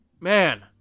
Man